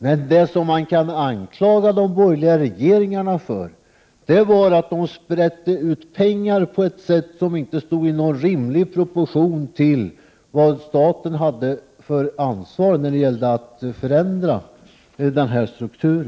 Men det man kan anklaga de borgerliga regeringarna för är att de sprätte ut pengar på ett sätt som inte stod i någon rimlig proportion till statens ansvar när det gällde att förändra denna struktur.